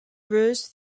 rose